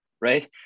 right